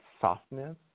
softness